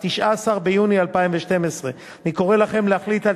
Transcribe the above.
19 ביוני 2012. אני קורא לכם להחליט על